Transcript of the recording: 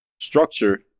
Structure